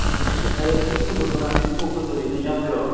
ꯑꯗꯣ ꯑꯩꯈꯣꯏ football tournament ꯑꯃ ꯊꯣꯛꯀꯗꯣꯔꯤ ꯅꯪ ꯌꯥꯎꯒꯦꯔꯣ